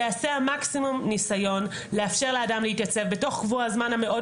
ייעשה המקסימום ניסיון לאפשר לאדם להתייצב בתוך קבוע הזמן המאוד